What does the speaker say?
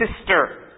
sister